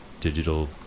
digital